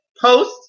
post